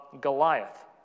Goliath